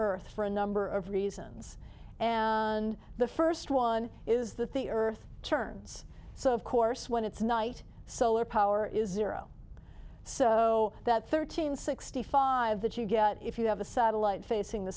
earth for a number of reasons and the first one is the theory or terms so of course when it's night solar power is zero so that thirteen sixty five that you get if you have a satellite facing the